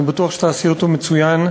אני בטוח שתעשי אותו מצוין.